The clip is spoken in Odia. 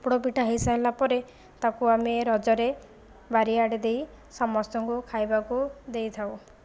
ପୋଡ଼ପିଠା ହୋଇସାଇଲା ପରେ ତାକୁ ଆମେ ରଜରେ ବାରିଆଡ଼େ ଦେଇ ସମସ୍ତଙ୍କୁ ଖାଇବାକୁ ଦେଇଥାଉ